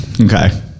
Okay